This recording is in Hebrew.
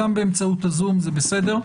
גם באמצעות הזום זה בסדר,